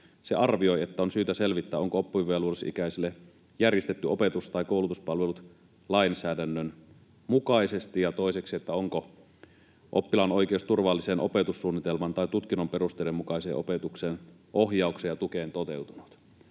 se arvioi, että on syytä selvittää, onko oppivelvollisuusikäisille järjestetty opetus- tai koulutuspalvelut lainsäädännön mukaisesti, ja toiseksi, onko oppilaan oikeus turvalliseen opetussuunnitelman tai tutkinnon perusteiden mukaiseen opetukseen, ohjaukseen ja tukeen toteutunut.